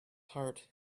heart